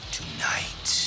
Tonight